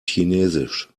chinesisch